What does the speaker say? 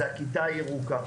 זה הכיתה הירוקה.